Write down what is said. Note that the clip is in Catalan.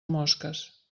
mosques